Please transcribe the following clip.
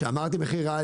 כשאמרתי מחיר ריאלי,